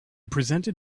presented